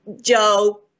Joe